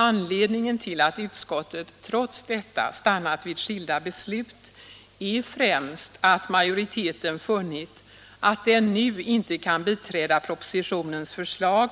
Anledningen till att utskottet trots detta stannat vid skilda beslut är främst att majoriteten funnit att den nu inte kan biträda propositionens förslag